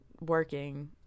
working